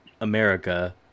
America